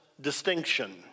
distinction